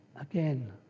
again